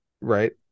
Right